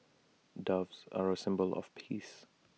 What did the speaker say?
doves are A symbol of peace